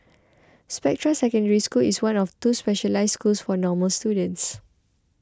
Spectra Secondary School is one of two specialised schools for normal students